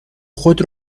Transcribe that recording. خود